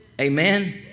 Amen